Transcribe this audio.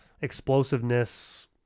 explosiveness